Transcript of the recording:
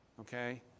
okay